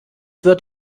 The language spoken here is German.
wird